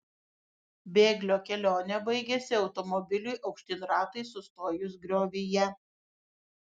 bėglio kelionė baigėsi automobiliui aukštyn ratais sustojus griovyje